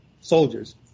soldiers